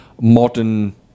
modern